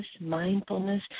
mindfulness